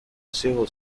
civil